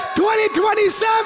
2027